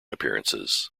appearances